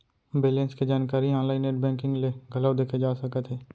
balance के जानकारी online net banking ले घलौ देखे जा सकत हे